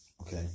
okay